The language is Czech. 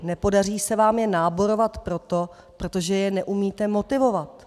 Nepodaří se vám je náborovat proto, protože je neumíte motivovat.